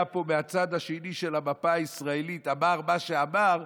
פה מהצד השני של המפה הישראלית אמר מה שאמר,